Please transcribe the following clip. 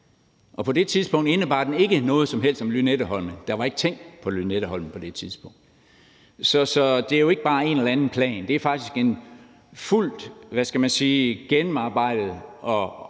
og på det tidspunkt indeholdt den ikke noget som helst om Lynetteholm. Der var ikke tænkt på Lynetteholm på det tidspunkt. Så det er jo ikke bare en eller anden plan, det er faktisk en fuldt gennemarbejdet og